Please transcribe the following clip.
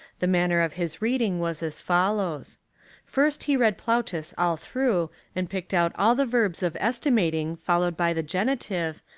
the manner of his reading was as follows first he read plautus all through and picked out all the verbs of estimating followed by the genitive,